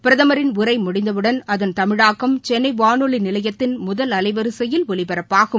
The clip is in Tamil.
பிரதமரின் உரை முடிந்தவுடன் அதன் தமிழாக்கத்தை சென்னை வானொலி நிலையத்தின் முதல் அலைவரிசையில் ஒலிபரப்பாகும்